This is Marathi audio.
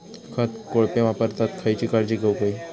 खत कोळपे वापरताना खयची काळजी घेऊक व्हयी?